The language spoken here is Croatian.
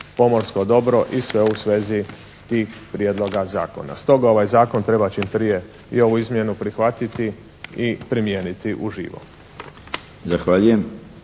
pomorsko dobro i sve u svezi tih prijedloga zakona. Stoga ovaj Zakon treba čim prije i ovu izmjenu prihvatiti i primijeniti uživo.